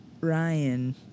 Ryan